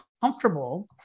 comfortable